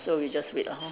so we just wait lah hor